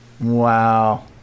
Wow